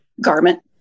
garment